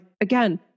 again